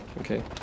okay